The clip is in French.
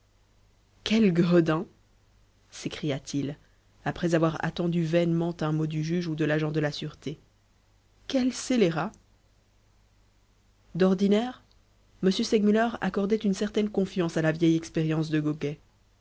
quel gredin s'écria-t-il après avoir attendu vainement un mot du juge ou de l'agent de la sûreté quel scélérat d'ordinaire m segmuller accordait une certaine confiance à la vieille expérience de